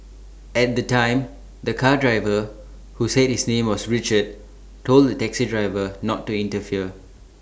at the time the car driver who said his name was Richard told the taxi driver not to interfere